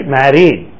married